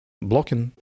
blocking